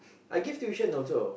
I give tuition also